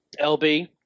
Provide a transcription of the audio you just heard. LB